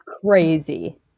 crazy